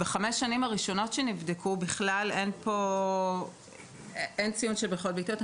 בחמש השנים הראשונות שנבדקו אין בכלל ציון של בריכות ביתיות.